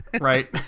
Right